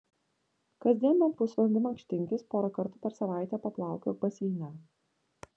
kasdien bent pusvalandį mankštinkis porą kartų per savaitę paplaukiok baseine